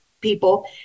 people